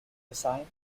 cosine